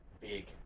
big